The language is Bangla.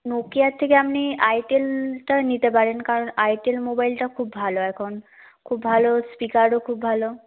নোকিয়ার থেকে আপনি আইটেলটা নিতে পারেন কারণ আইটেল মোবাইলটা খুব ভালো এখন খুব ভালো স্পিকারও খুব ভালো